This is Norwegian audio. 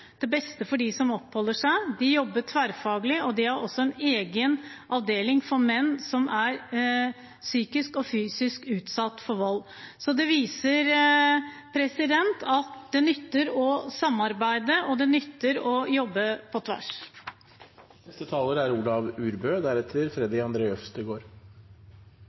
beste for dem som oppholder seg der. De jobber tverrfaglig og har også egen avdeling for menn som er utsatt for psykisk og fysisk vold. Det viser at det nytter å samarbeide, og det nytter å jobbe på tvers. Eit godt krisesentertilbod er